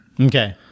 Okay